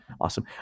Awesome